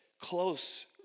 close